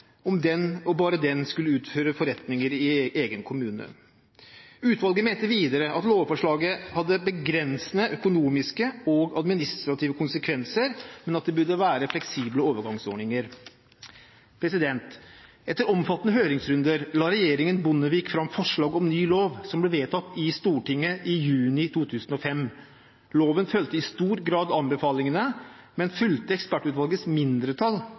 om den og bare den skulle utføre forretninger i egen kommune. Utvalget mente videre at lovforslaget hadde begrensede økonomiske og administrative konsekvenser, men at det burde være fleksible overgangsordninger. Etter omfattende høringsrunder la regjeringen Bondevik fram forslag om ny lov, som ble vedtatt i Stortinget i juni 2005. Loven fulgte i stor grad anbefalingene, men fulgte ekspertutvalgets mindretall